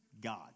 God